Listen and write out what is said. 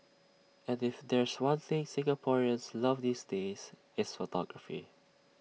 and if there's one thing Singaporeans love these days it's photography